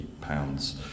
pounds